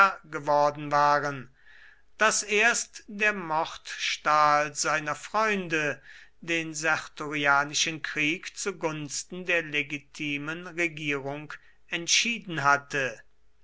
geworden waren daß erst der mordstahl seiner freunde den sertorianischen krieg zu gunsten der legitimen regierung entschieden hatte